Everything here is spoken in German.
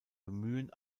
bemühen